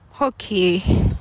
Okay